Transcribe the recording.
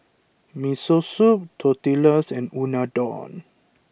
Miso Soup Tortillas and Unadon